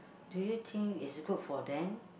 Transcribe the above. do you think is good for them